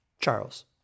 Charles